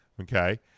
Okay